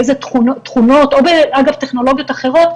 באיזה תכונות או אגב טכנולוגיות אחרות,